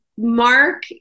Mark